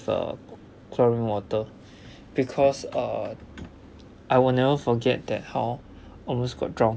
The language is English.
uh chlorine water because uh I will never forget that how almost got drowned